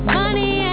money